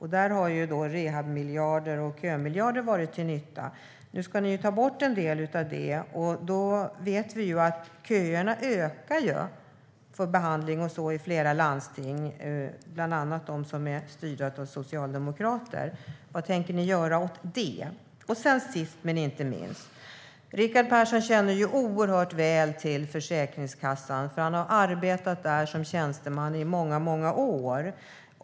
Där har rehabmiljarder och kömiljarder varit till nytta. Nu ska ni ta bort en del av det. Då vet vi att köerna för behandling och så vidare ökar i flera landsting, bland annat i dem som är styrda av socialdemokrater. Vad tänker ni göra åt det? Sist men inte minst: Rickard Persson känner till Försäkringskassan oerhört väl, för han har arbetat där som tjänsteman i många, många år.